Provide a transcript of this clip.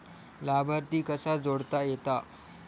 लाभार्थी कसा जोडता येता?